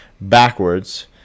backwards